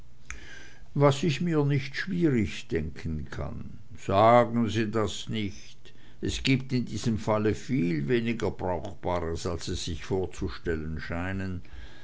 was ich mir nicht schwierig denken kann sagen sie das nicht es gibt in diesem falle viel weniger brauchbares als sie sich vorzustellen scheinen